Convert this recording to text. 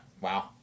wow